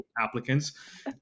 applicants